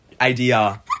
idea